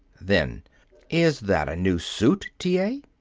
then is that a new suit, t. a?